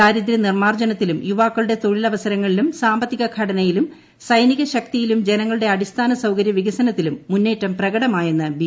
ദാരിദ്ര്യ നിർമ്മാർജ്ജനത്തിലും യുവാക്കളുടെ തൊഴിലവസരങ്ങളിലും സാമ്പത്തിക ശക്തിയിലും ജനങ്ങളുടെ അടിസ്ഥാന സൌകര്യ വികസനത്തിലും മുന്നേറ്റം പ്രകടമായെന്ന് ബി